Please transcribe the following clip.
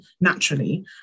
naturally